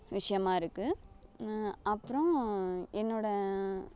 விஷயமா இருக்குது அப்றம் என்னோடய